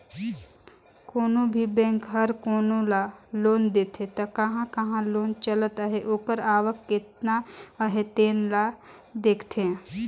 कोनो भी बेंक हर कोनो ल लोन देथे त कहां कहां लोन चलत अहे ओकर आवक केतना अहे तेन ल देखथे